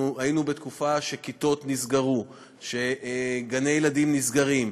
היינו בתקופה שכיתות נסגרו, שגני-ילדים נסגרו,